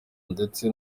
ndetse